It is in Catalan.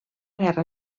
guerra